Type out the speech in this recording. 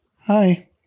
hi